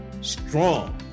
strong